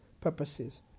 purposes